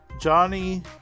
Johnny